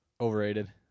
Overrated